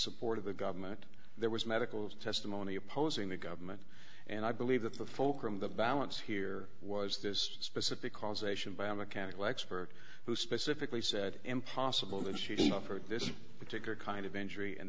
support of the government there was medical testimony opposing the government and i believe that the focus of the balance here was this specific causation biomechanical expert who specifically said impossible that she offered this particular kind of injury and